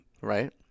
Right